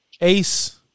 Ace